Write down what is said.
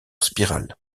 spirale